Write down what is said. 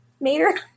Mater